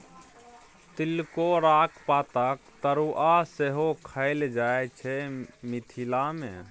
तिलकोराक पातक तरुआ सेहो खएल जाइ छै मिथिला मे